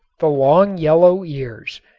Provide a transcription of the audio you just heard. the long yellow ears,